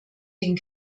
den